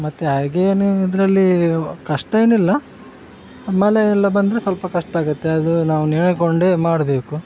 ಮತ್ತು ಹಾಗೇನು ಇದರಲ್ಲಿ ಕಷ್ಟ ಏನಿಲ್ಲ ಮಳೆ ಎಲ್ಲ ಬಂದರೆ ಸ್ವಲ್ಪ ಕಷ್ಟ ಆಗುತ್ತೆ ಅದು ನಾವು ನೆನೆದ್ಕೊಂಡೇ ಮಾಡಬೇಕು